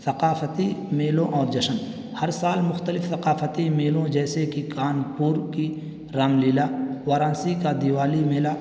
ثقافتی میلوں اور جشن ہر سال مختلف ثقافتی میلوں جیسے کہ کانپور کی رام لیلا وارانسی کا دیوالی میلہ